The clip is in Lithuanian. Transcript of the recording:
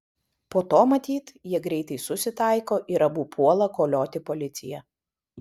po to matyt jie greitai susitaiko ir abu puola kolioti policiją